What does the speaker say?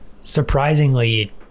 surprisingly